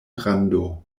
grando